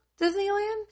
Disneyland